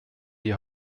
die